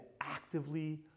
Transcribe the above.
actively